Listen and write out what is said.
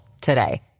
today